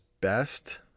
best